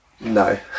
No